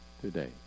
today